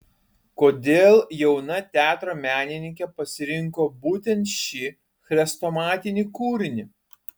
kodėl jauna teatro menininkė pasirinko būtent šį chrestomatinį kūrinį